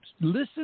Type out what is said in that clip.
listen